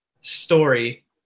story